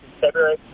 February